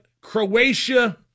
Croatia